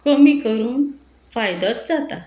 कमी करून फायदोच जाता